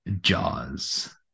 Jaws